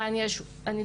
הוא לא יושב בארץ,